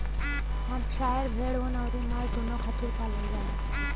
Hampshire भेड़ ऊन अउरी मांस दूनो खातिर पालल जाला